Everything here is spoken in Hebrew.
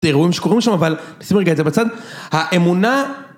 אירועים שקורים שם אבל נשים רגע את זה בצד האמונה